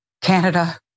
Canada